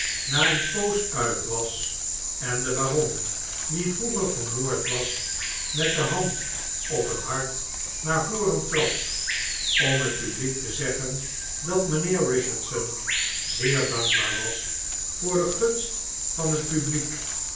na een poos uit was en de baron die vroeger vermoord was met de hand op het hart naar voren trad om het publiek te zeggen dat mynheer richardson zeer dankbaar was voor de g unst van het publiek